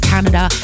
Canada